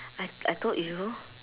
I I told you